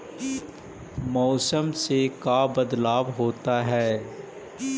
मौसम से का बदलाव होता है?